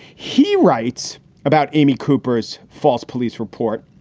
he writes about amy cooper's false police report.